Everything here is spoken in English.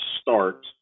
start